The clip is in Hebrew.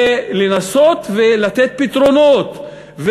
ולנסות לתת פתרונות,